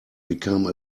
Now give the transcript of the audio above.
become